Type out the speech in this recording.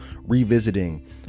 revisiting